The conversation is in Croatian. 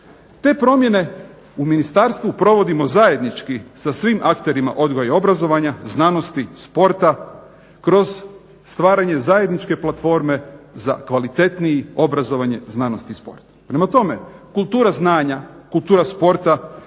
Te promjene u ministarstvu provodimo zajednički sa svim akterima odgoja i obrazovanja, znanosti, sporta kroz stvaranje zajedničke platforme za kvalitetnije obrazovanje, znanost i sport. Prema tome kultura znanja, kultura sporta,